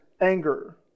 anger